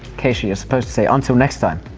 keisha you're supposed to say until next time!